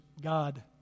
God